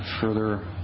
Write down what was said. further